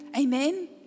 Amen